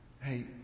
Hey